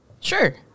sure